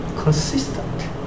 consistent